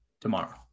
tomorrow